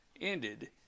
ended